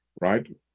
right